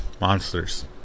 monsters